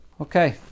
Okay